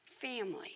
family